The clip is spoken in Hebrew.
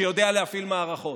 שיודע להפעיל מערכות,